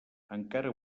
encara